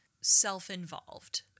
self-involved